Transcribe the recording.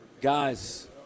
Guys